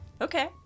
Okay